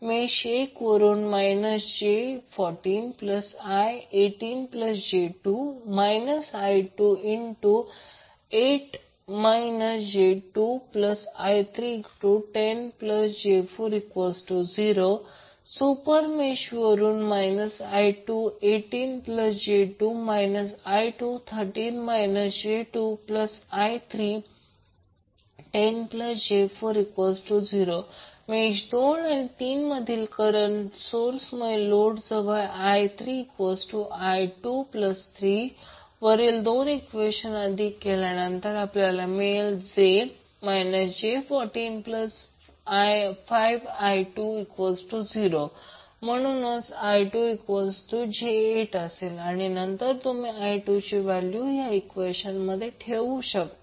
मेष 1 वरून j40I118j2 I28 j2I310j40 supermesh वरून I118j2 I213 j2I310j40 mesh 2 आणि 3 मधील करंट सोर्समुळे नोड जवळ I3I23 वरील दोन ईक्वेशन अधिक केल्यानंतर आपल्याला मिळेल j405I20 म्हणून I2j8 आणि नंतर तुम्ही I2 ची व्हॅल्यू या ईक्वेशन ठेवू शकता